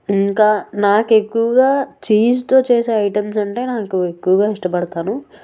ఇంకా నాకు ఎక్కువగా చీజ్తో చేసే ఐటమ్స్ అంటే నాకు ఎక్కువగా ఇష్టపడతాను